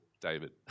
David